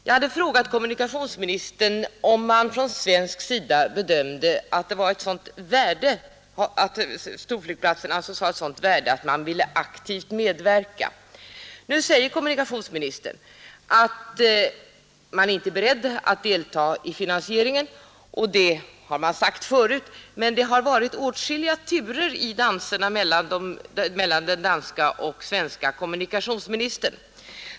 Jag hade frågat kommunikationsministern om man från svensk sida bedömde att storflygplatsen hade ett sådant värde att man ville aktivt medverka till genomförande av projektet. Kommunikationsministern säger nu att regeringen inte är beredd att delta i finansieringen. Det har man sagt förut, men det har varit åtskilliga turer i danserna mellan den danske och den svenske kommunikationsministern.